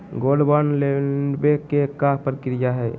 Gold bond लेवे के का प्रक्रिया हई?